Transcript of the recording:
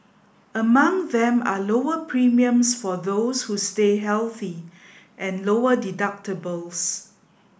among them are lower premiums for those who stay healthy and lower deductibles